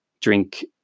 drink